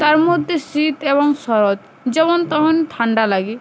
তার মধ্যে শীত এবং শরৎ যখন তখন ঠান্ডা লাগে